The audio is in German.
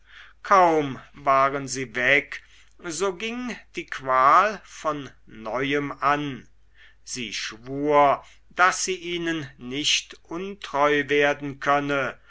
kaum waren sie weg so ging die qual von neuem an sie schwur daß sie ihnen nicht untreu werden könne